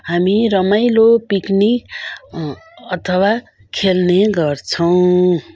हामी रमाइलो पिकनिक अथवा खेल्ने गर्छौँ